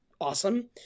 awesome